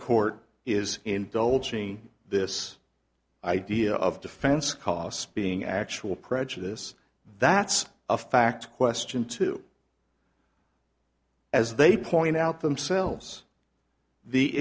court is indulging this idea of defense costs being actual prejudice that's a fact question too as they point out themselves the